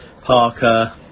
Parker